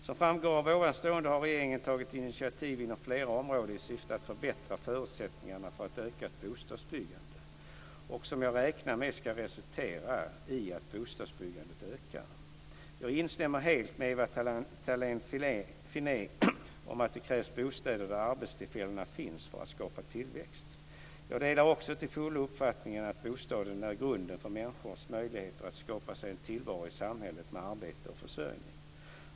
Som framgår av det anförda har regeringen tagit initiativ inom flera områden i syfte att förbättra förutsättningarna för ett ökat bostadsbyggande och som jag räknar med ska resultera i att bostadsbyggandet ökar. Jag instämmer helt i det som Ewa Thalén Finné anför, att det krävs bostäder där arbetstillfällena finns för att skapa tillväxt. Jag delar också till fullo uppfattningen att bostaden är grunden för människors möjligheter att skapa sig en tillvaro i samhället med arbete och försörjning.